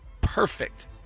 perfect